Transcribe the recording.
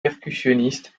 percussionniste